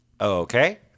Okay